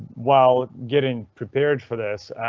while getting prepared for this,